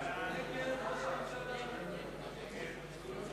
הודעת ראש הממשלה נתקבלה.